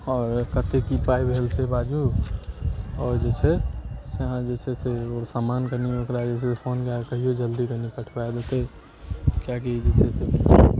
आओर कते की पाइ भेल से बाजू आओर जे छै से अहाँ जे छै से ओ समान कनी ओकरा जे छै से फोन कए कऽ कहियो जे जल्दी कनी पठा देतै किएकि ई जे छै से जे